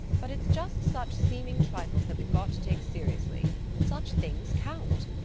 but it's just such seeming trifles that we've got to take seriously such things count.